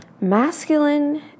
masculine